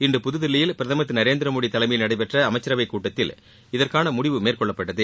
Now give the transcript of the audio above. இன்று புதுதில்லியில் பிரதமர் திரு நரேந்திரமோடி தலைமையில் நடைபெற்ற அமைச்சரவைக் கூட்டத்தில் இதற்கான முடிவு மேற்கொள்ளப்பட்டது